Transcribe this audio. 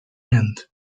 end